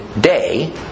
day